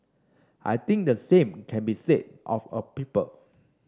I think the same can be said of a people